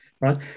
right